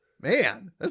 Man